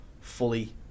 fully